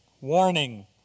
warning